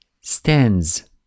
stands